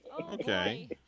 Okay